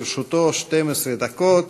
לרשותו 12 דקות.